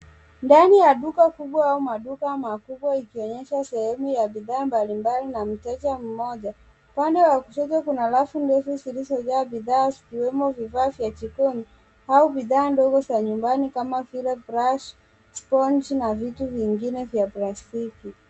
Ndani ya duka kubwa au maduka makubwa ikionyesha sehemu ya bidhaa mbalimbali na mteja mmoja. Upande wa kushoto kuna rafu ndefu zilizojaa bidhaa zikiwemo vifaa vya jikoni au bidhaa ndogo za nyumbani kama vile brush, sponge na vitu vingine vya plastiki.